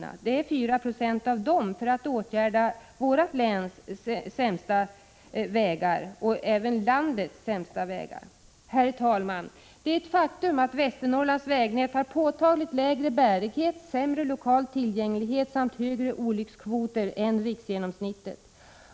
Vi får alltså 4 90 av dessa för att åtgärda vårt läns sämsta vägar, som även är landets sämsta vägar. Herr talman! Det är ett faktum att Västernorrlands vägnät har påtagligt lägre bärighet, sämre lokal tillgänglighet samt högra olyckskvoter än riksgenomsnittet.